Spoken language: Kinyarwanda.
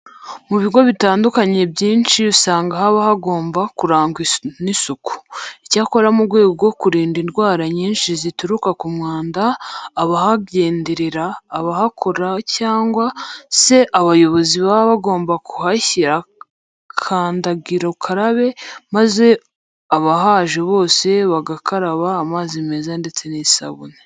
Mu bigo bitandukanye byinshi usanga haba hagomba kurangwa n'isuku. Icyakora mu rwego rwo kurinda indwara nyinshi zituruka k'umwanda abahagenderera, abahakora cyangwa se abayobozi baba bagomba kuhashyira kandagira ukarabe maze abahaje bose bagakaraba amazi meza ndetse n'isabune.